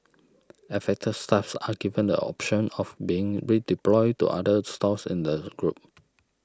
affected staff are given the option of being redeployed to other stores in the group